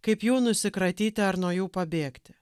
kaip jų nusikratyti ar nuo jų pabėgti